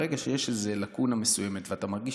ברגע שיש איזו לקונה מסוימת ואתה מרגיש